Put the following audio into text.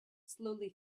slowly